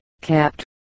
Capt